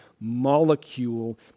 molecule